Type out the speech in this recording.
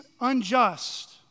unjust